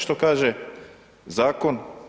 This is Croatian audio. Što kaže Zakon?